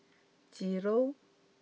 zero